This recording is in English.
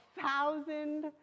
thousand